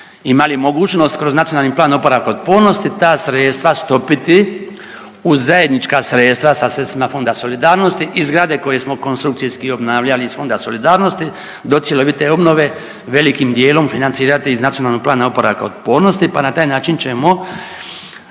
imali mogućnost kroz NPOO ta sredstva stopiti u zajednička sredstva sa sredstvima Fonda solidarnosti i zgrade koje smo konstrukcijski obnavljali iz Fonda solidarnosti do cjelovite obnove velikim dijelom financirati iz NPOO-a, pa na taj način ćemo